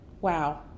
wow